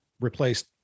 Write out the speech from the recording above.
replaced